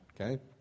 Okay